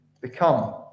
become